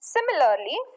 Similarly